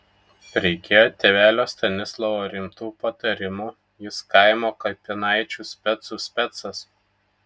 reikėjo tėvelio stanislovo rimtų patarimų jis kaimo kapinaičių specų specas